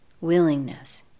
Willingness